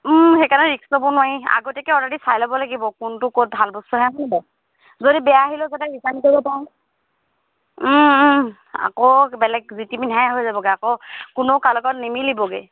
সেইকাৰণে ৰিক্স ল'ব নোৱাৰি আগতীয়াকৈ অলৰেডি চাই ল'ব লাগিব কোনটো ক'ত ভাল বস্তু আহে হয়নে বাৰু যদি বেয়া আহিলেও যাতে ৰিটাৰ্ণ কৰিব পাৰো আকৌ বেলেগ যিটি পিন্ধাই হৈ যাবগৈ আকৌ কোনো কাৰো লগত নিমিলিবগৈ